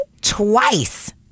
Twice